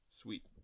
Sweet